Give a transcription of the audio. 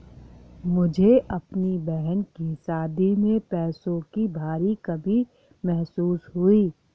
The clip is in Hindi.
मुझे अपने बहन की शादी में पैसों की भारी कमी महसूस हुई